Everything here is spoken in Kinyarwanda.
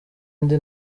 indi